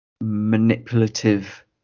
manipulative